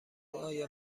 آیا